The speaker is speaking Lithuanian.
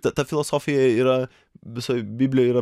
ta ta filosofija yra visoj biblijoj yra